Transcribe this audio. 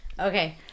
Okay